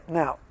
now